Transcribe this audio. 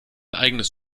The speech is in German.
eigenes